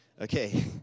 Okay